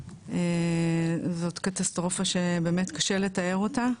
זאת קטסטרופה שבאמת קשה לתאר אותה,